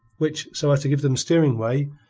which, so as to give them steering way,